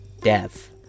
death